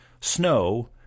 snow